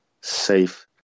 safe